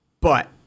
but-